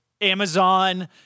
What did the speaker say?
Amazon